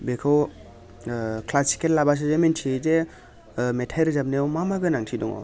बेखौ ओ क्लासिकेल लाब्लासो मिथियो जे ओ मेथाइ रोजाबनायाव मा मा गोनांथि दङ